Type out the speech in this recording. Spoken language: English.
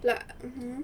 like